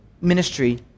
ministry